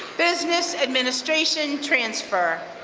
business administration transfer.